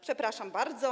Przepraszam bardzo.